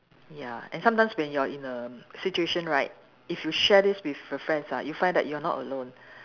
ya and sometimes when you are in a situation right if you share this with a friends ah you'll find that you are not alone